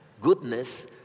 goodness